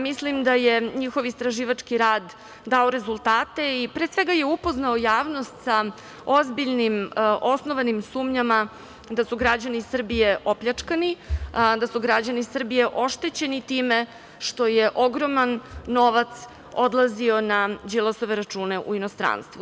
Mislim da je njihov istraživački rad dao rezultate i pre svega je upoznao javnost sa ozbiljnim, osnovanim sumnjama da su građani Srbije opljačkani, da su građani Srbije oštećeni time što je ogroman novac odlazio na Đilasove račune u inostranstvu.